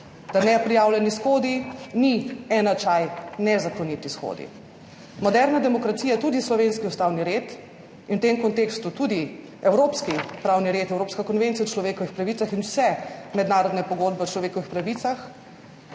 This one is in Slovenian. da neprijavljeni shodi ni enačaj nezakoniti shodi. Moderna demokracija, tudi slovenski ustavni red in v tem kontekstu tudi evropski pravni red, Evropska konvencija o človekovih pravicah in vse mednarodne pogodbe o človekovih pravicah